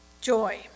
joy